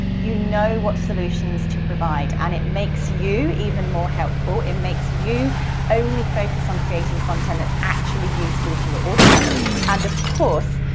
you know what solutions to provide and it makes you even more helpful. it makes you only focus on creating content that's actually useful to your audience and of course,